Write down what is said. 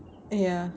ya